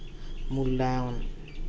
ᱢᱩᱞᱞᱟᱭᱚᱱ